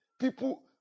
People